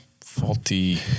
faulty